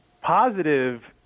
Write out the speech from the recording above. positive